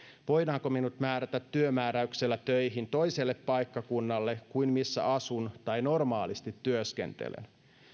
voidaanko minut määrätä työmääräyksellä töihin toiselle paikkakunnalle kuin missä asun tai normaalisti työskentelen